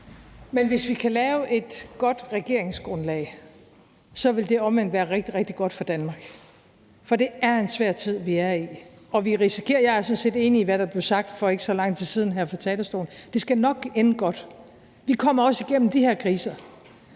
Hvis vi kan lave et godt regeringsgrundlag, vil det omvendt være rigtig, rigtig godt for Danmark, for det er en svær tid, vi er i. Jeg er sådan set enig i, hvad der blev sagt for ikke så lang tid siden her fra talerstolen, om, at det nok skal ende godt. Vi kommer også igennem de her kriser